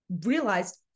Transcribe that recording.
realized